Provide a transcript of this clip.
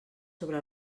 sobre